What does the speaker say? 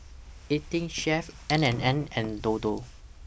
eighteen Chef N and N and Dodo